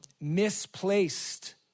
misplaced